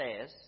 says